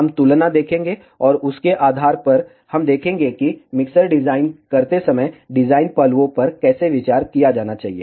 हम तुलना देखेंगे और उसके आधार पर हम देखेंगे कि मिक्सर डिजाइन करते समय डिजाइन पहलुओं पर कैसे विचार किया जाना चाहिए